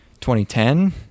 2010